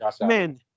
man